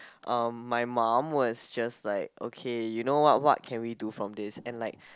uh my mum was just like okay you know what what can we do from this and like